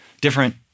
different